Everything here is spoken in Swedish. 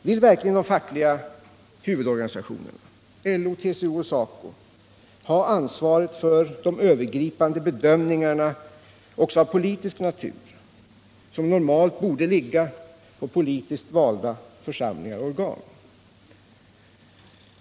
Vill verkligen de fackliga huvudorganisationerna LO, TCO och SACO/SR ha ansvaret för de övergripande bedömningarna också av politisk natur, som normalt borde ligga på politiskt valda församlingar och organ?